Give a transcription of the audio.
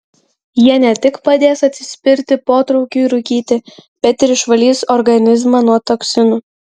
jie ne tik padės atsispirti potraukiui rūkyti bet ir išvalys organizmą nuo toksinų